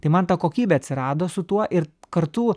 tai man ta kokybė atsirado su tuo ir kartu